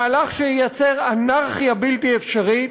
מהלך שייצר אנרכיה בלתי אפשרית,